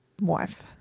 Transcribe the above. wife